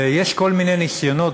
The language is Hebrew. ויש כל מיני ניסיונות,